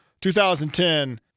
2010